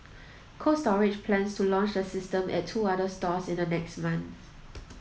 Cold Storage plans to launch the system at two other stores in the next months